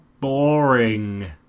boring